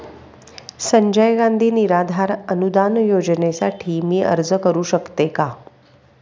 संजय गांधी निराधार अनुदान योजनेसाठी मी अर्ज करू शकते का?